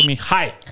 Hi